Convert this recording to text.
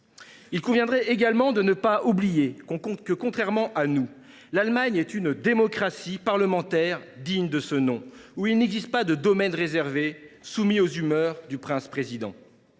Il conviendrait également de ne pas oublier que, contrairement à nous, l’Allemagne est une démocratie parlementaire digne de ce nom, où il n’existe pas de domaine réservé, soumis aux humeurs du prince président.